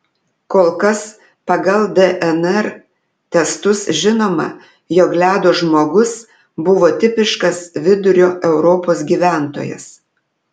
kol kas pagal dnr testus žinoma jog ledo žmogus buvo tipiškas vidurio europos gyventojas